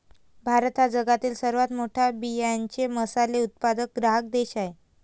भारत हा जगातील सर्वात मोठा बियांचे मसाले उत्पादक ग्राहक देश आहे